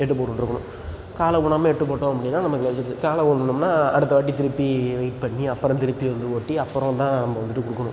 எட்டு போட்டுகிட்ருக்கணும் காலை ஊனாமல் எட்டு போட்டோம் அப்படின்னா நமக்கு லைசென்ஸு காலை ஊன்னோம்னால் அடுத்தவாட்டி திருப்பி வெய்ட் பண்ணி அப்புறம் திருப்பி வந்து ஓட்டி அப்புறம் தான் நம்ம வந்துட்டு கொடுக்கணும்